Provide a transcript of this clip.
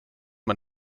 man